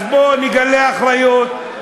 אז בואו נגלה אחריות,